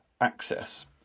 access